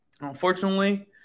unfortunately